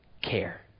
care